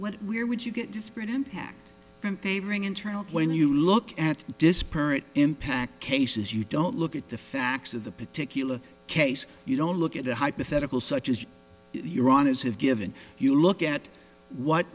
what we're would you get disparate impact from favoring internal when you look at disparate impact cases you don't look at the facts of the particular case you don't look at a hypothetical such as your honour's have given you look at what